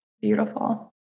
Beautiful